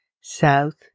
South